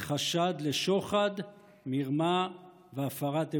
בחשד לשוחד, מרמה והפרת אמונים.